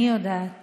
אני יודעת